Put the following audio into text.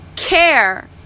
care